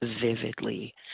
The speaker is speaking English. vividly